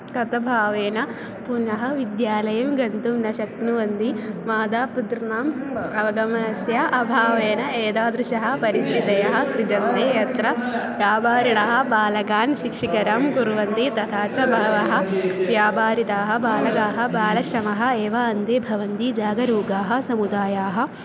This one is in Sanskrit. कथं भावेन पुनः विद्यालयं गन्तुं न शक्नुवन्ति माता पुत्राणाम् अवगमनस्य अभावेन एतादृशः परिस्थितयः सृज्यन्ते यत्र व्यापारिणः बालकान् शिक्षितान् कुर्वन्ति तथा च बहवः व्यापारिताः बालकाः बालश्रमः एव अन्ते भवन्ति जागरूकाः समुदायाः